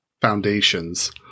foundations